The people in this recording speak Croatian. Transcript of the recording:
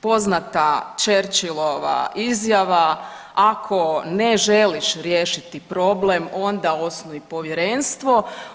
poznata Cherchillova ako ne želiš riješiti problem onda osnuj povjerenstvo.